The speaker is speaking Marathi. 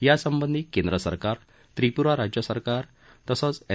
यासंबंधी केंद्र सरकार त्रिपूरा राज्य सरकार आणि तसंच एन